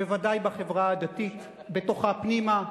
בוודאי בחברה הדתית בתוכה פנימה,